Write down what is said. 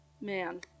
man